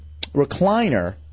recliner